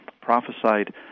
prophesied